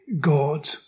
God